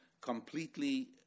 completely